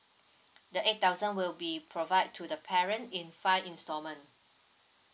the eight thousand will be provide to the parent in five installment